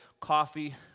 Coffee